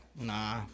Nah